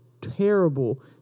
terrible